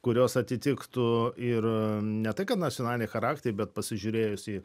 kurios atitiktų ir ne tai kad nacionalinį charakterį bet pasižiūrėjus į